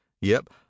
Yep